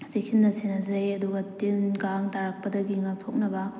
ꯆꯦꯛꯁꯤꯟꯅ ꯁꯦꯟꯅꯖꯩ ꯑꯗꯨꯒ ꯇꯤꯟ ꯀꯥꯡ ꯇꯥꯔꯛꯄꯗꯒꯤ ꯉꯥꯛꯊꯣꯛꯅꯕ